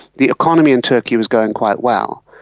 the economy in turkey was going quite well.